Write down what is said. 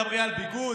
מדברים על ביגוד,